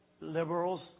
liberals